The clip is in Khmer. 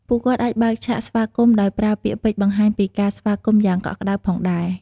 ពួកគាត់អាចបើកឆាកស្វាគមន៍ ដោយប្រើពាក្យពេចន៍បង្ហាញពីការស្វាគមន៍យ៉ាងកក់ក្ដៅផងដែរ។